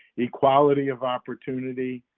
equality of opportunity,